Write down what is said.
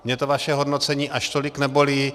Mě to vaše hodnocení až tolik nebolí.